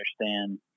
understand